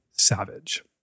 Savage